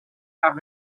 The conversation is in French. par